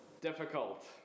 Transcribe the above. difficult